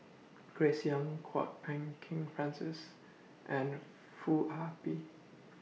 Grace Young Kwok Peng Kin Francis and Foo Ah Bee